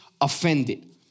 offended